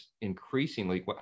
increasingly